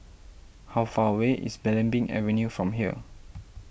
how far away is Belimbing Avenue from here